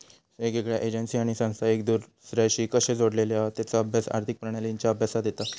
येगयेगळ्या एजेंसी आणि संस्था एक दुसर्याशी कशे जोडलेले हत तेचा अभ्यास आर्थिक प्रणालींच्या अभ्यासात येता